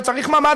וצריך ממ"ד,